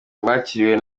bakiriwe